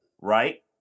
Right